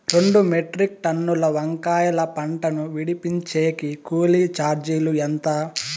రెండు మెట్రిక్ టన్నుల వంకాయల పంట ను విడిపించేకి కూలీ చార్జీలు ఎంత?